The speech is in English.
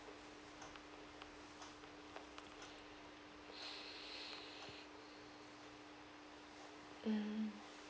mm mm